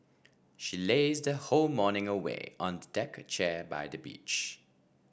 she lazed her whole morning away on a deck chair by the beach